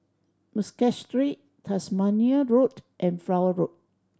Muscat Street Tasmania Road and Flower Road